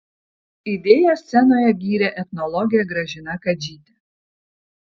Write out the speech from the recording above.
idėją scenoje gyrė etnologė gražina kadžytė